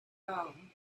own